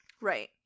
Right